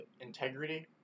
integrity